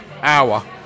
hour